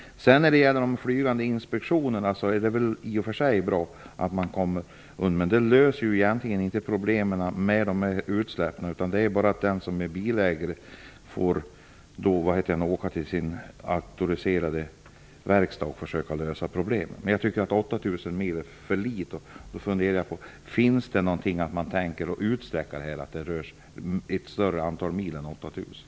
De flygande inspektionerna är i och för sig bra. Men de löser egentligen inte problemen med utsläppen. Bilägaren får åka till sin auktoriserade verkstad och försöka lösa problemen. 8 000 mil är för litet. Finns det planer på att utsträcka detta så att regeln gäller vid ett större antal mil än 8 000?